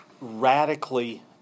radically